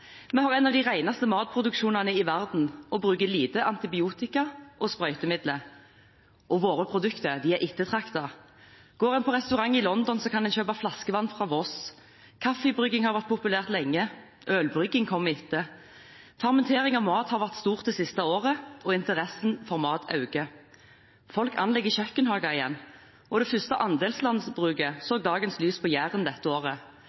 Vi har en av de reneste matproduksjonene i verden og bruker lite antibiotika og sprøytemidler. Våre produkter er ettertraktet. Går man på restaurant i London, kan man kjøpe flaskevann fra Voss. Kaffebrygging har vært populært lenge, ølbrygging kommer etter. Fermentering av mat har vært stort det siste året, og interessen for mat øker. Folk anlegger kjøkkenhager igjen, og det første andelslandbruket så dagens lys på Jæren dette året.